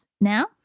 now